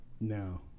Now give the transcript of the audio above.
No